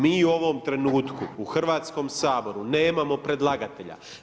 Mi u ovom trenutku u Hrvatskom saboru nemamo predlagatelja.